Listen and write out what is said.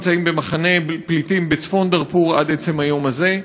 הוריו נמצאים במחנה פליטים בצפון דארפור עד עצם היום הזה.